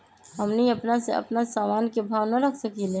हमनी अपना से अपना सामन के भाव न रख सकींले?